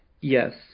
yes